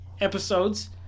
episodes